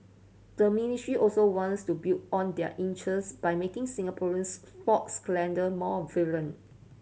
the ministry also wants to build on their interest by making Singapore's sports calendar more